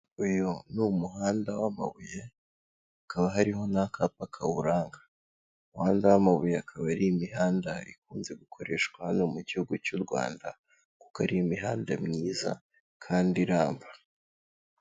Uyu ni umuhanda w'amabuye, hakaba hariho n'akapa kawuranga, umuhanda w'amabuye akaba ari imihanda ikunze gukoreshwa hano mu gihugu cy'u Rwanda, kuko ari imihanda myiza kandi iramba.